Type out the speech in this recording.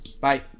Bye